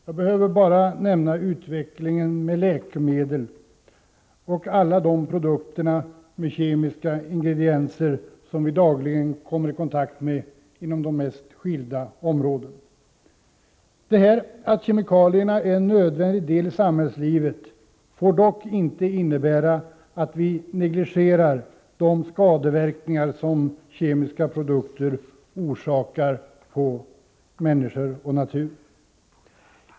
Jag behöver bara nämna utvecklingen av läkemedel och alla de produkter med kemiska ingredienser som vi dagligen kommer i kontakt med inom de mest skilda områden. Att kemikalierna är en nödvändig del i samhällslivet får dock inte innebära att vi negligerar de skadeverkningar som kemiska produkter orsakar på människor och natur.